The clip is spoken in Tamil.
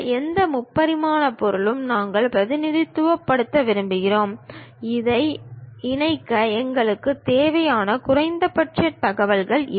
எந்த முப்பரிமாண பொருளும் நாங்கள் பிரதிநிதித்துவப்படுத்த விரும்புகிறோம் இதை இணைக்க எங்களுக்குத் தேவையான குறைந்தபட்ச தகவல்கள் இவை